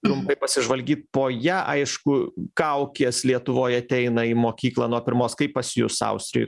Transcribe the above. trumpai pasižvalgyt po ją aišku kaukės lietuvoj ateina į mokyklą nuo pirmos kaip pas jus austrijoj